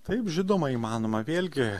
taip žinoma įmanoma vėlgi